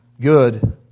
good